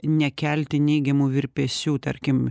nekelti neigiamų virpesių tarkim